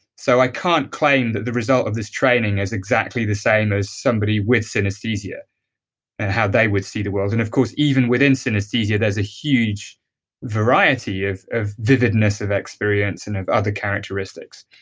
so i can't claim that the result of this training is exactly the same as somebody with synesthesia and how they would see the world and of course, even within synesthesia, there's a huge variety of of vividness, of experience and have other characteristics.